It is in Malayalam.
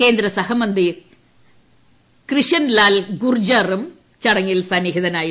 കേന്ദ്രസഹമന്ത്രി ക്രിഷൻ പാൽ ഗുർജാറും ചടങ്ങിൽ സന്നിഹിതനായിരുന്നു